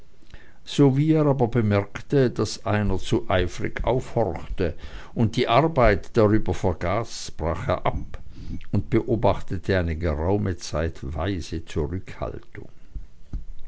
sowie er aber bemerkte daß einer zu eifrig aufhorchte und die arbeit darüber vergaß brach er ab und beobachtete eine geraume zeit weise zurückhaltung